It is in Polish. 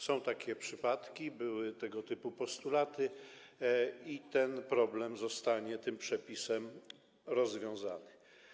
Są takie przypadki, były tego typu postulaty i ten problem zostanie tym przepisem rozwiązany.